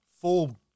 full